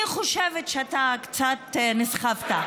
אני חושבת שאתה קצת נסחפת.